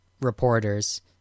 reporters